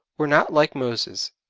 were not like moses.